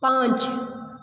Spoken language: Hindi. पाँच